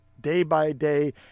day-by-day